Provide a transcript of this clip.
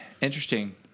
interesting